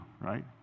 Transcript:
right